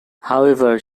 however